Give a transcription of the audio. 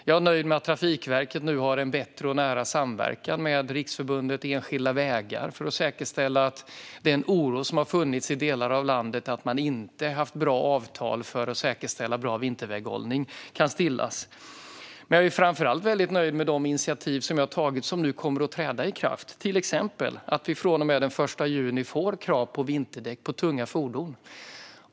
Jag är nöjd med att Trafikverket nu har en bättre och nära samverkan med Riksförbundet Enskilda Vägar för att se till att den oro som har funnits i delar av landet för att man inte har haft bra avtal för att säkerställa bra vinterväghållning kan stillas. Men jag är framför allt väldigt nöjd med de initiativ som har tagits och som nu kommer att träda i kraft, till exempel att vi från och med den 1 juni får krav på vinterdäck på tunga fordon.